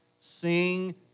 sing